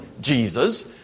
Jesus